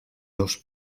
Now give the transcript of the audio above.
dos